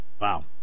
Wow